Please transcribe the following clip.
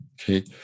Okay